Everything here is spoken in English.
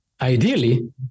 ideally